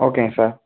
ஓகேங்க சார்